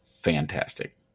fantastic